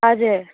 हजुर